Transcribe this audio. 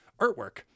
artwork